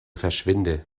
verschwinde